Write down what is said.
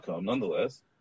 nonetheless